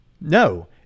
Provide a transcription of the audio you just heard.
No